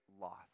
loss